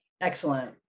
Excellent